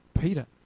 Peter